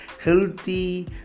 healthy